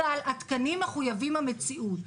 אבל התקנים מחויבים המציאות.